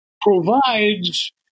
Provides